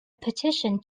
petition